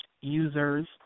users